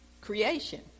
creation